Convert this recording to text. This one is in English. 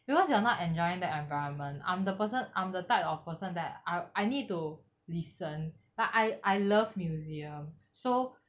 because you're not enjoying the environment I'm the person I'm the type of person that I I need to listen like I I love museum so